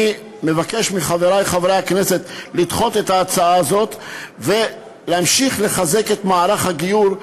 אני מבקש מחברי חברי הכנסת לדחות אותה ולהמשיך לחזק את מערך הגיור,